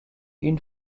une